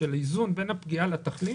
של איזון בין הפגיעה לתכלית,